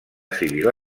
civil